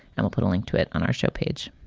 and i'll put link to it on our show page.